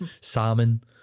Salmon